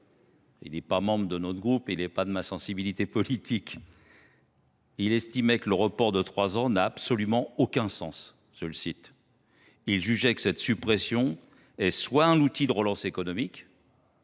Il n’est pas membre de notre groupe ni de notre sensibilité politique. Il estimait que le report de trois ans n’avait absolument aucun sens et jugeait que cette suppression était soit un outil de relance économique